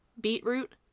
beetroot